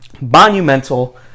monumental